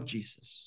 Jesus